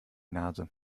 nase